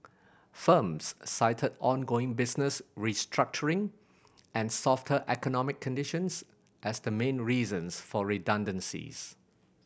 firms cited ongoing business restructuring and softer economic conditions as the main reasons for redundancies